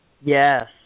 Yes